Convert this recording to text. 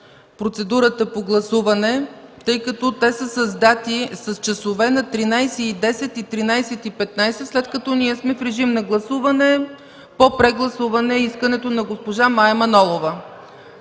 процедурата по гласуване, тъй като те са с часове – 13,10 ч. и 13,15 ч., след като сме в режим на гласуване по прегласуване искането на госпожа Мая Манолова.